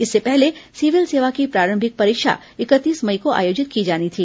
इससे पहले सिविल सेवा की प्रारंभिक परीक्षा इकतीस मई को आयोजित की जानी थी